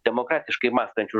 demokratiškai mąstančiu